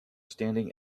standing